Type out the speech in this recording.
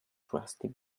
crusty